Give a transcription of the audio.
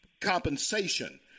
compensation